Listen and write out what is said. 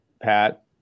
Pat